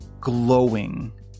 glowing